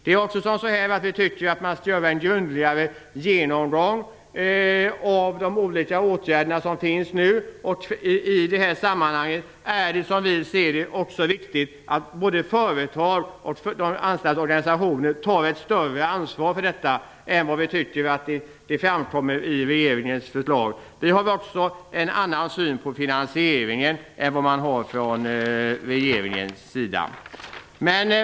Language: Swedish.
Vi tycker också att man skall göra en grundligare genomgång av de olika åtgärder som finns nu. I det här sammanhanget är det också, som vi ser detta, viktigt att både företagen och de anställdas organisationer tar ett större ansvar för detta än vi tycker framgår av regeringens förslag. Vi har även en annan syn på finansieringen än vad regeringen har. Fru talman!